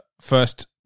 first